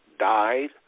Died